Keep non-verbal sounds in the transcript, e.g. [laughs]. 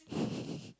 [laughs]